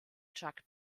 chuck